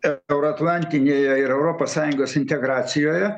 euroatlantinėje ir europos sąjungos integracijoje